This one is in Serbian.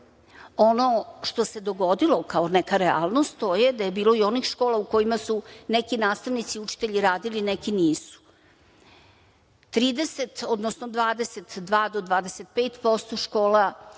Ono što se dogodilo, kao neka realnost, to je da je bilo i onih škola u kojima su neki nastavnici i učitelji radili, a neki nisu. Trideset, odnosno 22 do 25% škola